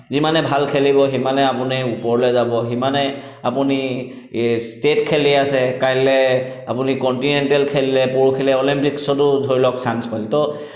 যিমানে ভাল খেলিব সিমানে আপুনি ওপৰলৈ যাব সিমানে আপুনি ষ্টেট খেলি আছে কাইলৈ আপুনি কণ্টিনেণ্টেল খেলিলে পৰহিলৈ অলিম্পিকছতো ধৰি লওক চাঞ্চ পালে তো